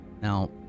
Now